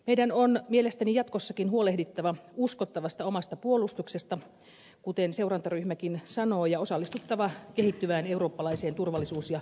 meidän on mielestäni jatkossakin huolehdittava omasta uskottavasta puolustuksesta kuten seurantaryhmäkin sanoo ja osallistuttava kehittyvään eurooppalaiseen turvallisuus ja puolustusyhteistyöhön